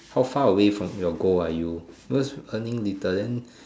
how far away from your goal are you because earning return